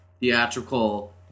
theatrical